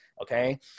Okay